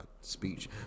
speech